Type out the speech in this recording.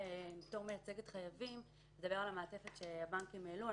מייצגת חייבים אני רוצה לדבר על המעטפת שהבנקים העלו.